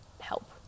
help